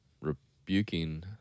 rebuking